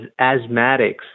asthmatics